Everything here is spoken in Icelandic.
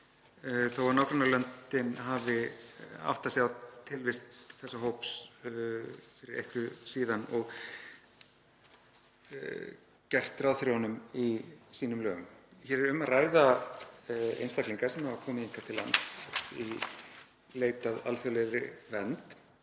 þó að nágrannalöndin hafi áttað sig á tilvist þessa hóps fyrir einhverju síðan og gert ráð fyrir honum í sínum lögum. Hér er um að ræða einstaklinga sem hafa komið hingað til lands í leit að alþjóðlegri vernd